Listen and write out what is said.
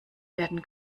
werden